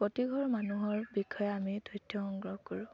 প্ৰতিঘৰ মানুহৰ বিষয়ে আমি তথ্য সংগ্ৰহ কৰোঁ